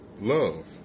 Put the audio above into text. love